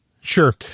Sure